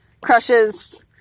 crushes